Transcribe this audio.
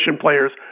players